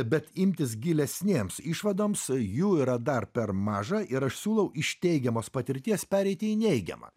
bet imtis gilesnėms išvadoms jų yra dar per maža ir aš siūlau iš teigiamos patirties pereiti į neigiamą